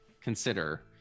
consider